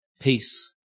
peace